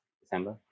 December